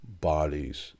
bodies